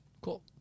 Cool